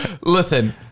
Listen